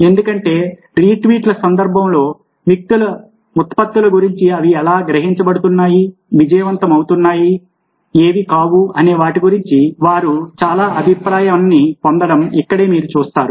ఎందుకంటే రీట్వీట్ల సందర్భంలో ఉత్పత్తుల గురించి అవి ఎలా గ్రహించబడుతున్నాయి విజయవంతమవుతున్నాయి ఏవి కావు అనే వాటి గురించి వారు చాలా అభిప్రాయాన్ని పొందడం ఇక్కడే మీరు చూస్తారు